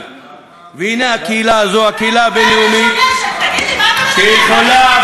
והנה, הקהילה הזאת, הקהילה הבין-לאומית,